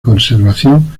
conservación